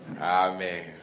Amen